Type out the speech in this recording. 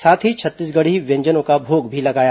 साथ ही छत्तीसगढ़ी व्यंजनों का भोग भी लगाया